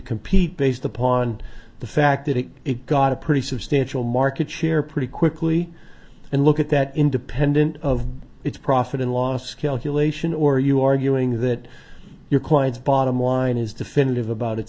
compete based upon the fact that it it got a pretty substantial market share pretty quickly and look at that independent of its profit and loss calculation or you arguing that your clients bottom line is definitive about its